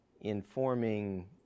informing